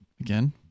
again